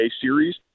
series